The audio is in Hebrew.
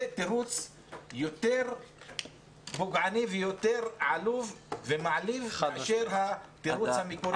זה תירוץ יותר פוגעני ויותר עלוב ומעליב מאשר התירוץ המקורי.